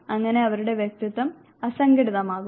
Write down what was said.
അങ്ങനെ അവരുടെ വ്യക്തിത്വം അസംഘടിതമാകും